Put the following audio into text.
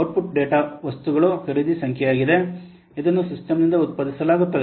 output data ವಸ್ತುಗಳು ಖರೀದಿ ಸಂಖ್ಯೆಯಾಗಿದೆ ಇದನ್ನು ಸಿಸ್ಟಮ್ನಿಂದ ಉತ್ಪಾದಿಸಲಾಗುತ್ತದೆ